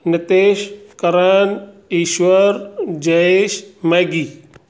Nitesh Karan Ishwar Jayesh Maggi